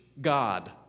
God